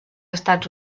estats